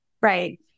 right